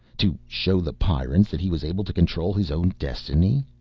to show the pyrrans that he was able to control his own destiny?